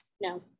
no